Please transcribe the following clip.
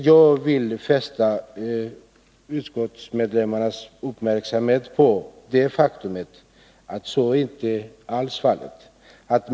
Jag vill fästa utskottsledamöternas uppmärksamhet på det faktum att så inte alls är fallet.